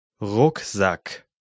Rucksack